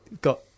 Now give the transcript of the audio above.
got